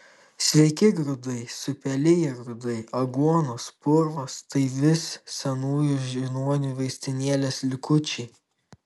sveiki grūdai supeliję grūdai aguonos purvas tai vis senųjų žiniuonių vaistinėlės likučiai